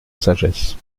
sagesse